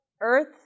Earth